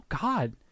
God